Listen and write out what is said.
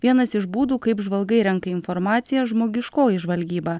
vienas iš būdų kaip žvalgai renka informaciją žmogiškoji žvalgyba